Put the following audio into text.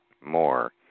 more